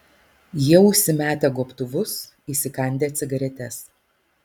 jie užsimetę gobtuvus įsikandę cigaretes